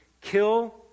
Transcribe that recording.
kill